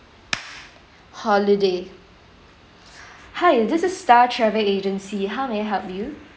holiday hi this is star travel agency how may I help you